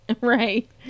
right